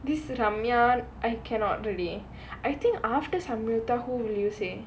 this ramya I cannot really I think after samyuktha who will you say